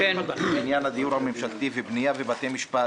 בעניין הדיור הממשלתי ובנייה ובתי משפט.